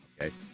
okay